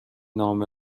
نامه